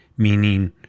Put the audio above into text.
meaning